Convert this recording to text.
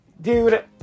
dude